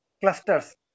clusters